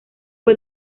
fue